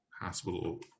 hospital